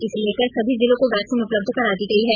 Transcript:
इसे लेकर सभी जिलों को वैक्सीन उपलब्ध करा दी गई है